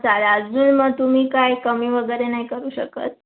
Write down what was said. चालेल अजून मग तुम्ही काय कमी वगैरे नाही करू शकत